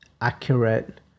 accurate